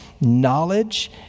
knowledge